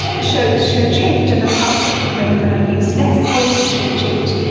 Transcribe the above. show show change, and the parts of the brain that are used less also show change.